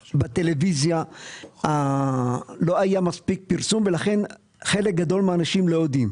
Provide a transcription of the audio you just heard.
בטלוויזיה לא היה מספיק פרסום ולכן חלק גדול מהאנשים לא יודעים.